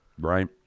Right